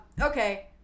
okay